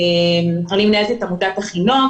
אני מנהלת את עמותת אחינועם,